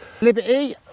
liberty